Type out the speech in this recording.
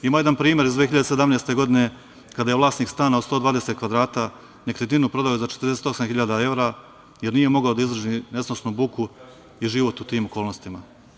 Ima jedan primer iz 2017. godine kada je vlasnik stana od 120 kvadrata nekretninu prodao za 48.000 evra, jer nije mogao da izdrži nesnosnu buku i život u tim okolnostima.